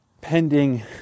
pending